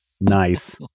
Nice